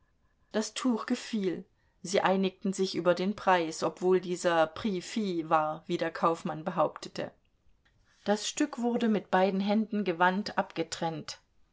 das tuch gefiel sie einigten sich über den preis obwohl dieser prix fix war wie der kaufmann behauptete das stück wurde mit beiden händen gewandt abgetrennt